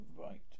right